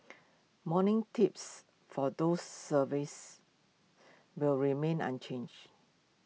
morning tips for those services will remain unchanged